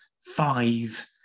five